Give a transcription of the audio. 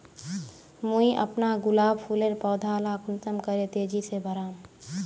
मुई अपना गुलाब फूलेर पौधा ला कुंसम करे तेजी से बढ़ाम?